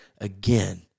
again